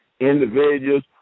individuals